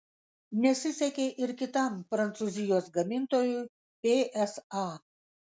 nesisekė ir kitam prancūzijos gamintojui psa